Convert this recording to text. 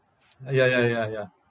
ah ya ya ya ya